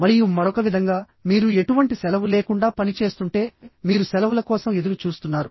మరియు మరొక విధంగా మీరు ఎటువంటి సెలవు లేకుండా పని చేస్తుంటే మీరు సెలవుల కోసం ఎదురు చూస్తున్నారు